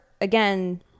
again